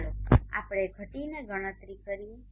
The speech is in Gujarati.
ચાલો આપણે ઘટીને ગણતરી કરીએ